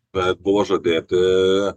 bet buvo žadėti